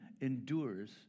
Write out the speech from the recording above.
endures